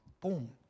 Boom